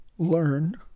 learn